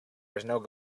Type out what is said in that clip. there